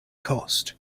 cost